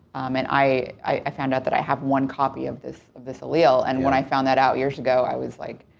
and i i found out that i have one copy of this of this allele. and when i found that out years ago, i was like.